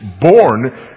born